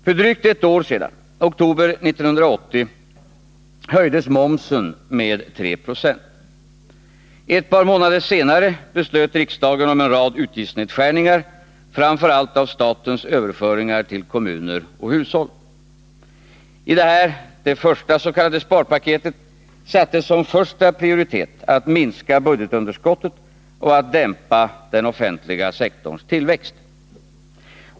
För drygt ett år sedan, i oktober 1980, höjdes momsen med 3 96. Ett par månader senare beslöt riksdagen om en rad utgiftsnedskärningar, framför allt när det gällde statens överföringar till kommuner och hushåll. I detta det första s.k. sparpaketet sattes som första prioritet att minska budgetunderskottet och att dämpa den offentliga sektorns tillväxt.